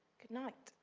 good night